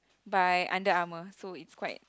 by Under Armour by